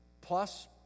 plus